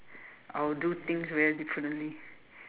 I'll do things very differently